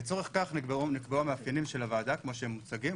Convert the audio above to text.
לצורך כך נקבעו המאפיינים של הוועדה כמו שהם מוצגים,